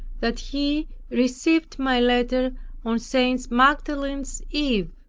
that he received my letter on st. magdalene's eve,